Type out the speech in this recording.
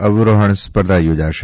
અવરોહન સ્પર્ધા યોજાશે